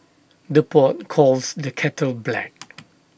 the pot calls the kettle black